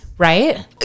Right